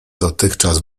dotychczas